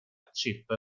chip